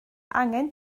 angen